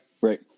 Right